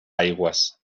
aigües